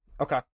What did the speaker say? Okay